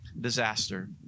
disaster